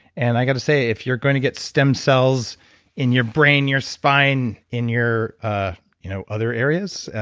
and i got to say if you're going to get stem cells in your brain, your spine, in your ah you know other areas,